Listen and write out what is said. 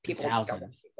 thousands